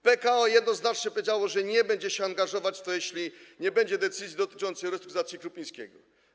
PKO jednoznacznie powiedziało, że nie będzie się w to angażować, jeśli nie będzie decyzji dotyczącej restrukturyzacji Krupińskiego.